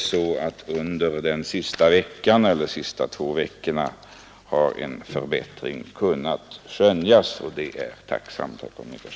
Under de senaste två veckorna har en förbättring kunnat skönjas, och det är jag tacksam för.